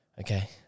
okay